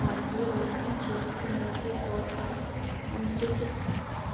भारतीय बैंकिंग क्षेत्र को मोटे तौर पर अनुसूचित